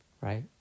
right